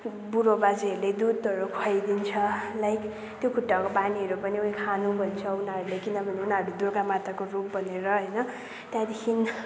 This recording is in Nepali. बुढो बाजेहरूले दुधहरू खुवाइदिन्छ लाइक त्यो खुट्टाको पानीहरू पनि उयो खानु भन्छ उनीहरूले किनभने उनीहरू दुर्गामाताको रूप भनेर होइन त्यहाँदेखि